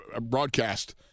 broadcast